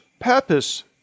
purpose